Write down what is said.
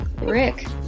Rick